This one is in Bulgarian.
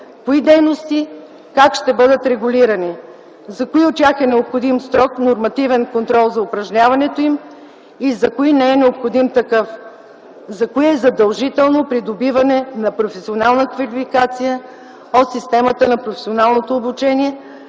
кои дейности как ще бъдат регулирани, за кои от тях е необходим строг нормативен контрол за упражняването им и за кои не е необходим, за кои е задължително придобиването на професионална квалификация от системата на професионалното обучение,